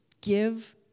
give